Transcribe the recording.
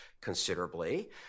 considerably